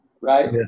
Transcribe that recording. right